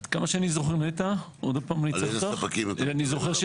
עד כמה שאני זוכר, נטע, עוד פעם אני צריך, נטע.